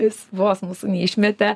jis vos mūsų neišmetė